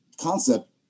concept